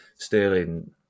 Sterling